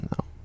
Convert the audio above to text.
No